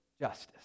justice